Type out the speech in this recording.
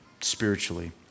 spiritually